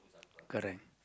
correct